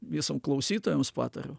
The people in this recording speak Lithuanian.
visam klausytojams patariu